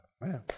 Man